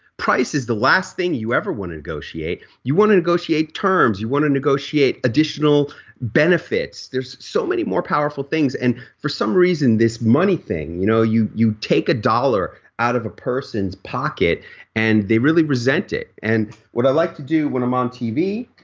price is the last thing you ever want to negotiate. you want to negotiate terms, you want to negotiate additional benefits there's so many more powerful things. and for some reason, this money thing, you know you you take a dollar out of a person's pocket and they really resent it. and what i like to do when i'm on t v